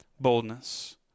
boldness